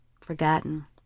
forgotten